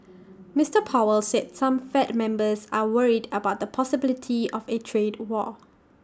Mister powell said some fed members are worried about the possibility of A trade war